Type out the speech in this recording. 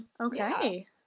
okay